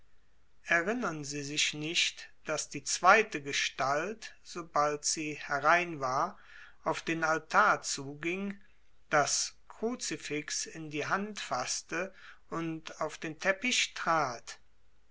erinnern sie sich nicht daß die zweite gestalt sobald sie herein war auf den altar zuging das kruzifix in die hand faßte und auf den teppich trat